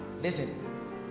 Listen